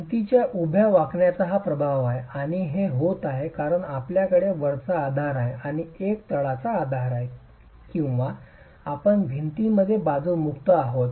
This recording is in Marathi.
भिंतीच्या उभ्या वाकण्याचा हा प्रभाव आहे आणि हे होत आहे कारण आपल्याकडे वरचा आधार आहे आणि एक तळाचा आधार आहे किंवा आपल्या भिंतीमध्ये बाजू मुक्त आहेत